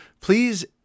please